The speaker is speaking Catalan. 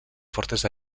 fortes